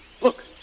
Look